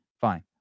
fine